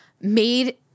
made